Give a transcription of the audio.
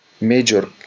Major